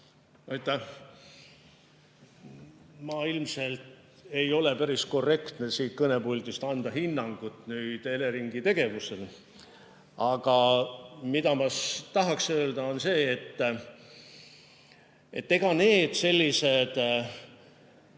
Mul ilmselt ei ole päris korrektne siit kõnepuldist anda hinnangut Eleringi tegevusele. Aga ma tahaks öelda, et ega sellised